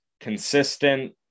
consistent